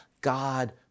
God